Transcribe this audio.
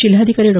जिल्हाधिकारी डॉ